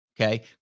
Okay